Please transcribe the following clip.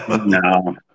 no